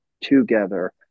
together